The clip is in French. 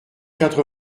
quatre